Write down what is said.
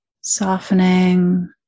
softening